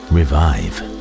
Revive